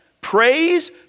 praise